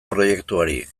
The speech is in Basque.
proiektuari